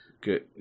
Good